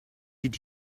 did